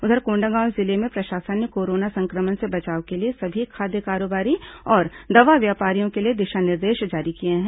उधर कोंडागांव जिले में प्रशासन ने कोरोना संक्रमण से बचाव के लिए समी खाद्य कारोबारी और दवा व्यापारियों के लिए दिशा निर्देश जारी किए हैं